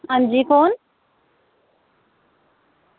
हां जी कौन